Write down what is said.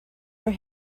were